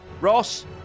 Ross